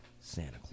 Santa